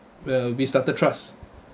where we started trust